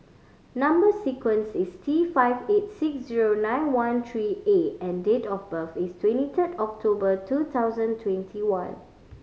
number sequence is T five eight six zero nine one three A and date of birth is twenty third October two thousand twenty one